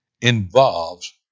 involves